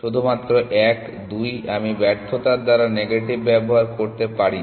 শুধুমাত্র এক দুই আমি ব্যর্থতার দ্বারা নেগেটিভ ব্যবহার করতে পারি না